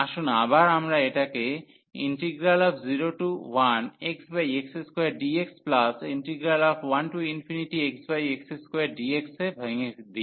আসুন আবার আমরা এটাকে 01x x2dx1x x2dx তে ভেঙে দিই